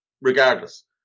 Regardless